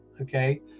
Okay